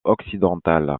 occidentale